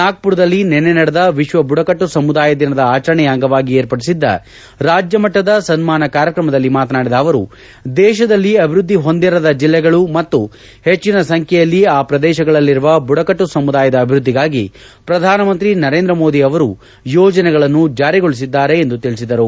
ನಾಗ್ಪುರದಲ್ಲಿ ನಿನ್ನೆ ನಡೆದ ವಿಶ್ವ ಬುಡಕಟ್ಟು ಸಮುದಾಯ ದಿನದ ಆಚರಣೆಯ ಅಂಗವಾಗಿ ಏರ್ಪಡಿಸಿದ್ದ ರಾಜ್ಞಮಟ್ಟದ ಸನ್ನಾನ ಕಾರ್ಯಕ್ರಮದಲ್ಲಿ ಮಾತನಾಡಿದ ಅವರು ದೇತದಲ್ಲಿ ಅಭಿವೃದ್ದಿ ಹೊಂದಿರದ ಜಿಲ್ಲೆಗಳು ಮತ್ತು ಹೆಚ್ಚನ ಸಂಬ್ಯೆಯಲ್ಲಿ ಆ ಪ್ರದೇಶಗಳಲ್ಲಿರುವ ಬುಡಕಟ್ಟು ಸಮುದಾಯದ ಅಭಿವೃದ್ದಿಗಾಗಿ ಪ್ರಧಾನಮಂತ್ರಿ ನರೇಂದ್ರ ಮೋದಿ ಅವರು ಯೋಜನೆಗಳನ್ನು ಜಾರಿಗೊಳಿಸಿದ್ದಾರೆ ಎಂದು ತಿಳಿಸಿದರು